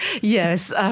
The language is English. Yes